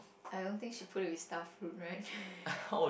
I don't think she play with staff right